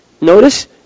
notice